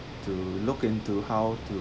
to look into how to